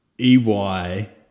EY